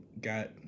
got